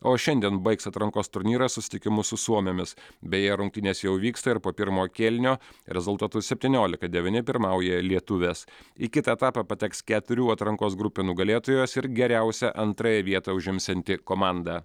o šiandien baigs atrankos turnyrą susitikimu su suomėmis beje rungtynės jau vyksta ir po pirmo kėlinio rezultatu septyniolika devyni pirmauja lietuvės į kitą etapą pateks keturių atrankos grupių nugalėtojos ir geriausia antrąją vietą užimsianti komanda